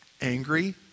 angry